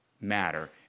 matter